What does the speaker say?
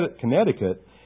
Connecticut